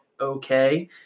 okay